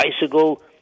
bicycle